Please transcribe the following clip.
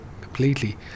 completely